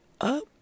up